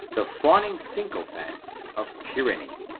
the fawning sycophants of tyranny,